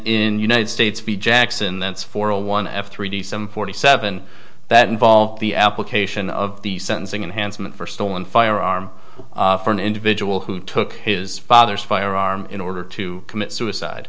in united states v jackson that's four hundred one f three d some forty seven that involved the application of the sentencing enhanced meant for stolen firearm for an individual who took his father's firearm in order to commit suicide